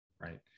right